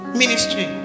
ministry